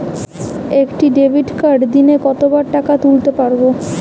একটি ডেবিটকার্ড দিনে কতবার টাকা তুলতে পারব?